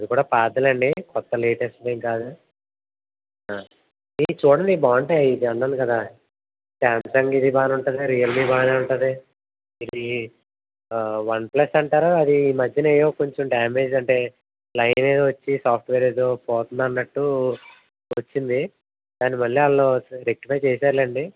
అది కూడా పాతదే లేండి కొత్తది లేటెస్ట్ది ఏం కాదు ఇది చూడండి ఇవి బాగుంటాయ్ కదా శాంసంగ్ ఇది బాగానే ఉంటుంది రియల్మీ బాగానే ఉంటుంది ఇది వన్ ప్లస్ అంటారా అది ఈ మధ్యన ఏదో డ్యామేజ్ అంటే లైన్ ఎదో వచ్చి సాఫ్ట్వేర్ ఏదో పోతుందన్నట్టు వచ్చింది దాన్ని మళ్లీ వాళ్ళు రెక్టిఫై చేశారు లేండి